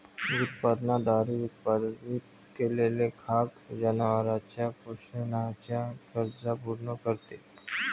उत्पादनाद्वारे उत्पादित केलेले खाद्य जनावरांच्या पोषणाच्या गरजा पूर्ण करते